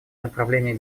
направление